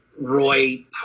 Roy